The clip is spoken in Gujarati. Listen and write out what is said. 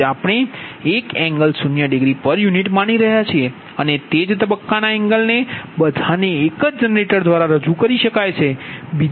u માની રહ્યા છીએ અને તે જ તબક્કાના એંગલને બધાને એક જ જનરેટર દ્વારા રજૂ કરી શકાય છે